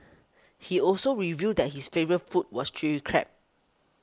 he also revealed that his favourite food was Chilli Crab